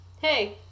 hey